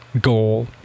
goal